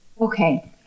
Okay